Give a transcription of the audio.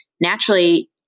naturally